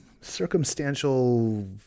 circumstantial